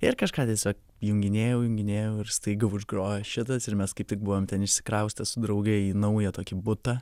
ir kažką tiesiog junginėjau junginėjau ir staiga užgrojo šitas ir mes kaip tik buvom ten išsikraustę su drauge į naują tokį butą